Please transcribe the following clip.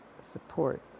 support